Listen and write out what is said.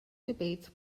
debates